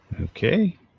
Okay